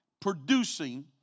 producing